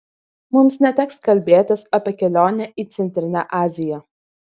mums neteks kalbėtis apie kelionę į centrinę aziją